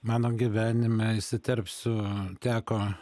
mano gyvenime įsiterpsiu teko